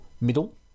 middle